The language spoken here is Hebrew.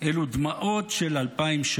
אלו דמעות של אלפיים שנה".